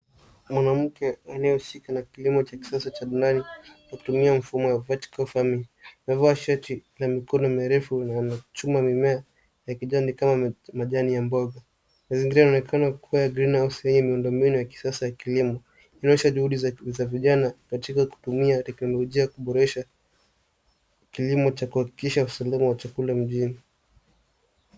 Mwanamke anayehusika na kilimo cha kisasa cha ndani kwa kutumia mfumo wa vertical farming amevaa shati la mikono mirefu na anachuma mimea ya kichani kama majani ya mboga. Mazingira yanaonekana kuwa ya greenhouse yenye miundombinu ya kisasa ya kilimo ikionyesha juhudi za vijana katika kutumia teknolojia kuboresha kilimo cha kuhakikisha usalama wa chakula mjini.